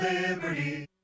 Liberty